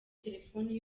telefoni